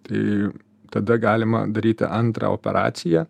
tai tada galima daryti antrą operaciją